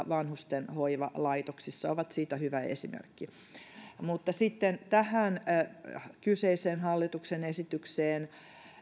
vanhustenhoivalaitoksissa ovat siitä hyvä esimerkki sitten tähän kyseiseen hallituksen esitykseen